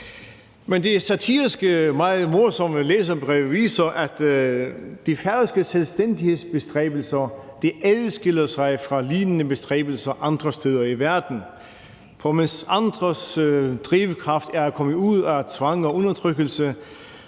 Men det satiriske og meget morsomme læserbrev viser, at de færøske selvstændighedsbestræbelser adskiller sig fra lignende bestræbelser andre steder i verden, for mens andres drivkraft er at komme ud af tvang og undertrykkelse,